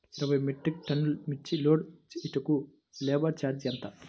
ఇరవై మెట్రిక్ టన్నులు మిర్చి లోడ్ చేయుటకు లేబర్ ఛార్జ్ ఎంత?